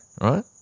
Right